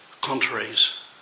contraries